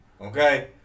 Okay